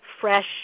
fresh